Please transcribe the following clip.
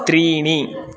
त्रीणि